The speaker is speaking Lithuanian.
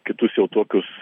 kitus jau tokius